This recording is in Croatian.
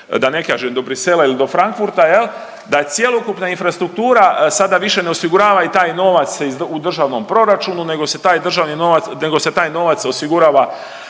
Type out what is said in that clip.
da ne kažem do Brisela ili do Frankfurta jel, da cjelokupna infrastruktura sada više ne osigurava i taj novac u Državnom proračunu nego se taj državni novac,